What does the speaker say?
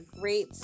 great